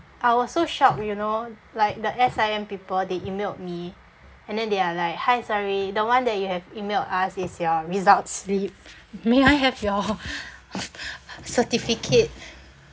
I was so shocked you know like the S_I_M people they emailed me and then they are like hi sorry the one that you have emailed us is your result slip may I have your certificate